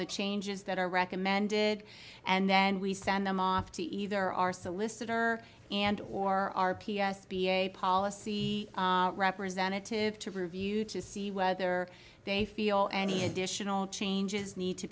the changes that are recommended and then we send them off to either our solicitor and or r p s be a policy representative to review to see whether they feel any additional changes need to